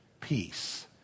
peace